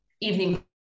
evening